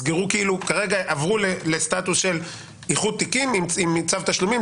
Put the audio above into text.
עברו לסטטוס של איחוד תיקים עם צו תשלומים,